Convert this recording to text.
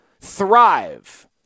thrive